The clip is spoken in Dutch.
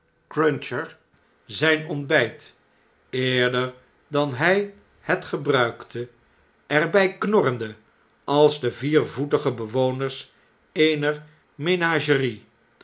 cruncher zijn ontbflt eerder dan dat hy het gebruikte er bjj knorrende als de viervoetige bewoners eener menagerie